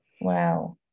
Wow